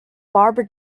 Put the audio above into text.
barbara